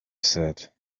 said